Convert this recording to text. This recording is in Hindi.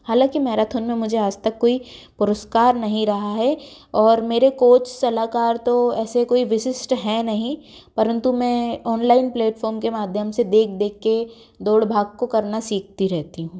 हालांकि मैराथोन में मुझे आज तक कोई पुरस्कार नहीं रहा है और मेरे कोच सलाहकार तो ऐसे कोई विशिष्ट है नहीं परन्तु मैं ऑनलाइन प्लेटफॉर्म के माध्यम से देख देख कर दौड़ भाग को करना सीखती रहती हूँ